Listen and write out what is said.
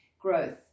growth